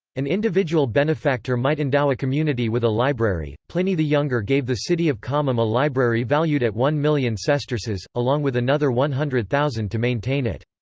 an individual benefactor might endow a community with a library pliny the younger gave the city of comum a library valued at one million sesterces, along with another one hundred thousand to maintain it.